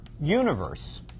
universe